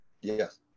Yes